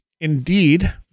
Indeed